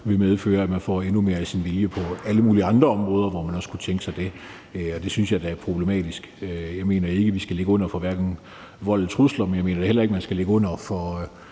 vil medføre, at man på alle mulige andre områder, hvor man også kunne tænke sig det, får sin vilje endnu mere, og det synes jeg da er problematisk. Jeg mener ikke, at vi skal ligge under for hverken vold eller trusler, men jeg mener heller ikke, at man nødvendigvis skal ligge under for